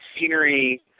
scenery